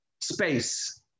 space